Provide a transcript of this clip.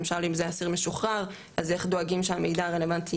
למשל אם זה אסיר משוחרר אז איך דואגים שהמידע הרלוונטי